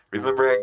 Remember